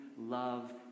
love